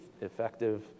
effective